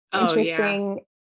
interesting